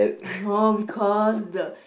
no because the